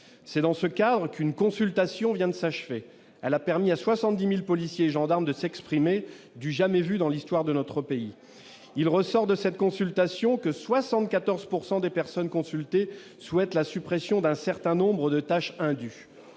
c'est dans ce cadre qu'une consultation vient de s'achever, elle a permis à 70000 policiers, gendarmes, de s'exprimer, du jamais vu dans l'histoire de notre pays, il ressort de cette consultation que 74 pourcent des personnes consultées souhaitent la suppression d'un certain nombre de tâches indues,